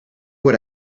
what